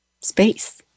space